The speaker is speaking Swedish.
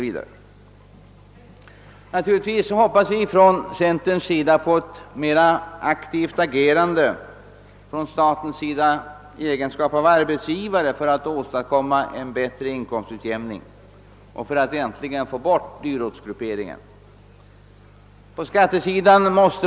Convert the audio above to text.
Inom centern hoppas vi naturligtvis på ett mera aktivt agerande av staten i egenskap av arbetsgivare i syfte att åstadkomma en bättre inkomstutjämning och äntligen få bort dyrortsgrupperingen.